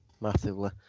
Massively